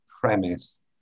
premise